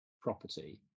property